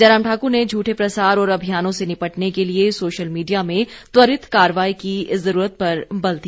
जयराम ठाकुर ने झूठे प्रसार और अभियानों से निपटने के लिए सोशल मीडिया में त्वरित कार्रवाई की जरूरत पर बल दिया